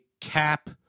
cap